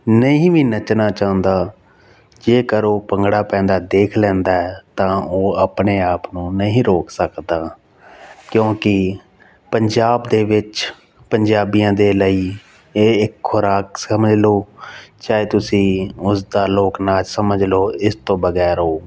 ਨਹੀਂ ਵੀ ਨੱਚਣਾ ਚਾਹੁੰਦਾ ਜੇਕਰ ਉਹ ਭੰਗੜਾ ਪੈਂਦਾ ਦੇਖ ਲੈਂਦਾ ਤਾਂ ਉਹ ਆਪਣੇ ਆਪ ਨੂੰ ਨਹੀਂ ਰੋਕ ਸਕਦਾ ਕਿਉਂਕਿ ਪੰਜਾਬ ਦੇ ਵਿੱਚ ਪੰਜਾਬੀਆਂ ਦੇ ਲਈ ਇਹ ਇੱਕ ਖੁਰਾਕ ਸਮਝ ਲਓ ਚਾਹੇ ਤੁਸੀਂ ਉਸ ਦਾ ਲੋਕ ਨਾਚ ਸਮਝ ਲਓ ਇਸ ਤੋਂ ਬਗੈਰ ਉਹ